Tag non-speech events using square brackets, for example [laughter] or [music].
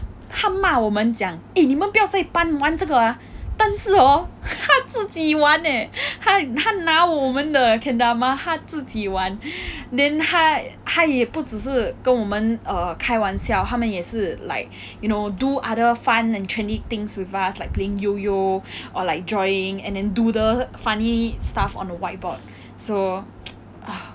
他骂我们讲 eh 你们不要在班玩这个啊但是 hor 他自己玩 leh 他他那我们的 kendama 他自己玩 then 他他也不只是跟我们 err 开玩笑他们也是 like you know do other fun and trendy things with us like playing yoyo or like drawing and then doodle funny stuff on the whiteboard so [noise] uh